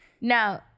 now